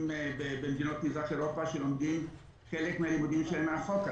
במדינות מזרח אירופה חלק מהלימודים שלהם מרחוק.